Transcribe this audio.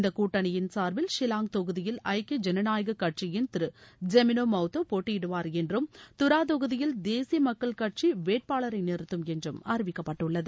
இந்த கூட்டணியின் சார்பில் ஷில்லாங் தொகுதியில் ஐக்கிய ஜனநாயக கட்சியின் திரு ஜெமினோ மவுத்தோ போட்டியிடுவார் என்றும் துரா தொகுதியில் தேசிய மக்கள் கட்சி வேட்பாளரை நிறுத்தும் என்று அறிவிக்கப்பட்டுள்ளது